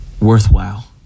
worthwhile